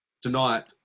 tonight